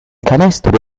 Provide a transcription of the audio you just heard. canestro